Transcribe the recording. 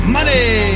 Money